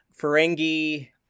Ferengi